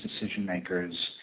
decision-makers